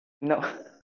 No